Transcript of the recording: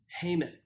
Haman